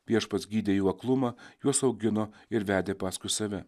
viešpats gydė jų aklumą juos augino ir vedė paskui save